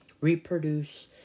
Reproduce